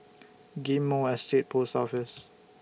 Ghim Moh Estate Post Office